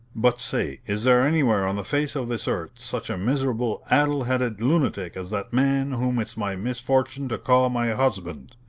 but say, is there anywhere on the face of this earth such a miserable, addle-headed lunatic as that man whom it's my misfortune to call my husband?